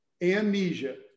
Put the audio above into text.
amnesia